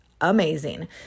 amazing